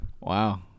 Wow